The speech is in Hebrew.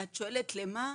את שואלת למה?